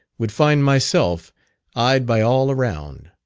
would find myself eyed by all around.